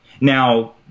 Now